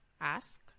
Ask